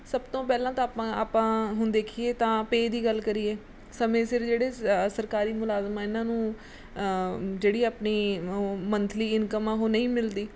ਸਭ ਤੋਂ ਪਹਿਲਾਂ ਤਾਂ ਆਪਾਂ ਆਪਾਂ ਹੁਣ ਦੇਖੀਏ ਤਾਂ ਪੇ ਦੀ ਗੱਲ ਕਰੀਏ ਸਮੇਂ ਸਿਰ ਜਿਹੜੇ ਸ ਸਰਕਾਰੀ ਮੁਲਾਜ਼ਮਾਂ ਇਹਨਾਂ ਨੂੰ ਜਿਹੜੀ ਆਪਣੀ ਮੰਥਲੀ ਇਨਕਮ ਆ ਉਹ ਨਹੀਂ ਮਿਲਦੀ